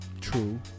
True